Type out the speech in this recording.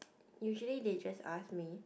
usually they just ask me